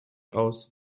aus